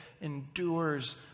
endures